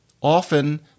often